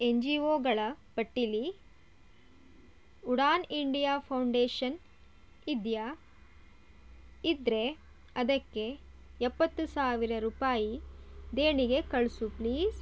N G ಒಗಳ ಪಟ್ಟಿಯಲ್ಲಿ Udaan India foundation ಇದೆಯಾ ಇದ್ದರೆ ಅದಕ್ಕೆ ಎಪ್ಪತ್ತು ಸಾವಿರ ರೂಪಾಯಿ ದೇಣಿಗೆ ಕಳಿಸು ಪ್ಲೀಸ್